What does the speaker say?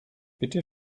bitte